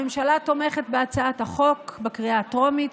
הממשלה תומכת בהצעת החוק בקריאה הטרומית,